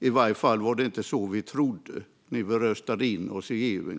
I alla fall var det inte vad vi trodde när vi en gång röstade in oss i EU.